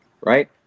right